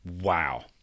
wow